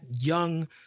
young